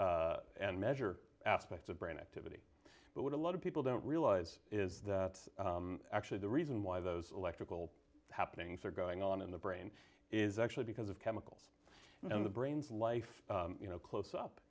and and measure aspects of brain activity but what a lot of people don't realize is that actually the reason why those electrical happenings are going on in the brain is actually because of chemicals and the brain's life you know close up